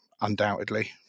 undoubtedly